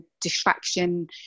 distraction